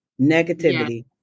Negativity